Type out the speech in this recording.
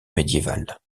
médiévale